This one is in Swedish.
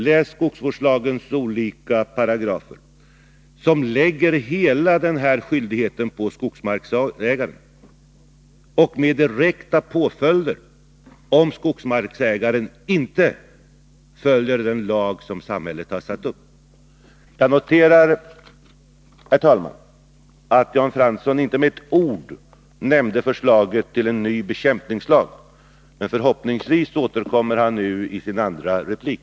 Läs skogsvårdslagens olika paragrafer som lägger hela denna skyldighet på skogsmarksägaren, och som innebär direkta påföljder för skogsmarksägaren, om han inte följer den lag som har stiftats. Jag noterar, herr talman, att Jan Fransson inte med ett ord nämnde förslaget till ny bekämpningslag. Men förhoppningsvis återkommer han beträffande detta i sin andra replik.